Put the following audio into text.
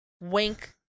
wink